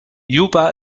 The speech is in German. juba